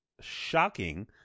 Shocking